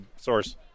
source